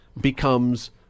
becomes